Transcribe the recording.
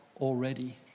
already